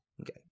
Okay